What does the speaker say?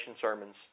sermons